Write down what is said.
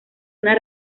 una